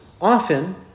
often